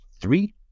three